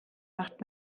macht